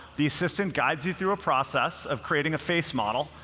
the assistant guides you through a process of creating a face model,